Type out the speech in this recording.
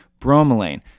bromelain